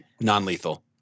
non-lethal